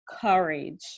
courage